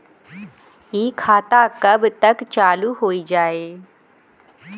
इ खाता कब तक चालू हो जाई?